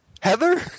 Heather